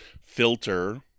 filter